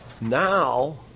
now